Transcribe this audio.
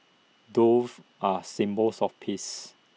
doves are symbols of peace